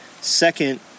Second